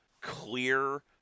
clear